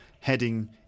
heading